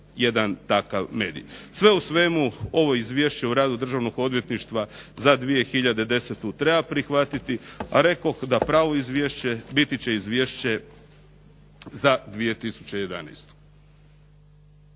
Sve u svemu ovo Izvješće o radu Državnog odvjetništva za 2010. godinu treba prihvatiti, a rekoh da pravo izvješće biti će izvješće za 2011.